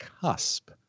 cusp